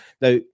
now